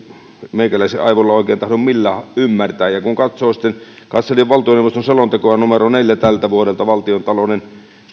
meikäläisen aivoilla oikein tahdo millään ymmärtää katselin valtioneuvoston selontekoa numero neljältä tältä vuodelta valtiontalouden